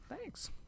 Thanks